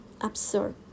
absurd